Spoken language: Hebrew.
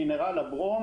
מינרל הברום